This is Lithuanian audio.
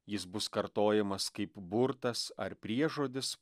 jis bus kartojamas kaip burtas ar priežodis